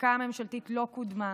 והחקיקה הממשלתית לא קודמה.